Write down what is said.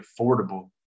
affordable